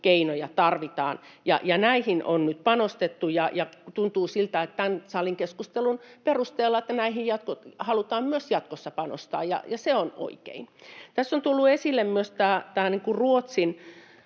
keinoja tarvitaan ja näihin on nyt panostettu. Tuntuu siltä, että tämän salin keskustelun perusteella näihin halutaan myös jatkossa panostaa, ja se on oikein. Tässä on tullut esille myös Ruotsin